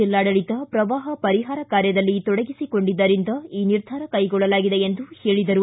ಜಿಲ್ಲಾಡಳಿತ ಪ್ರವಾಹ ಪರಿಹಾರ ಕಾರ್ಯದಲ್ಲಿ ತೊಡಗಿಸಿಕೊಂಡಿದ್ದರಿಂದ ಈ ನಿರ್ಧಾರ ಕೈಗೊಳ್ಳಲಾಗಿದೆ ಎಂದು ಹೇಳಿದರು